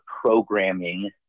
programming